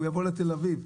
הוא יעבור לתל אביב.